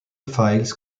files